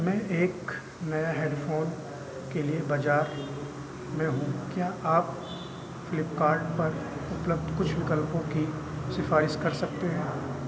मैं एक नया हेडफ़ोन के लिए बाजार में हूँ क्या आप फ्लीपकार्ट पर उपलब्ध कुछ विकल्पों की सिफारिस कर सकते हैं